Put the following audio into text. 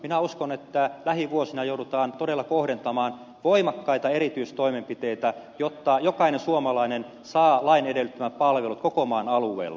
minä uskon että lähivuosina joudutaan todella kohdentamaan voimakkaita erityistoimenpiteitä jotta jokainen suomalainen saa lain edellyttämät palvelut koko maan alueella